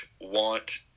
want